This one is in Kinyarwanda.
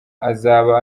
azaba